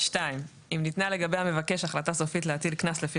"(2)אם ניתנה לגבי המבקש החלטה סופית להטיל קנס לפי